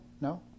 No